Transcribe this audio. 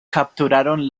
capturaron